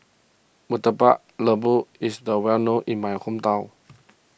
Murtabak Lembu is the well known in my hometown